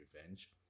revenge